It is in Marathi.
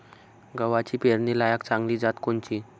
गव्हाची पेरनीलायक चांगली जात कोनची?